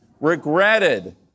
Regretted